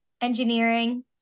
engineering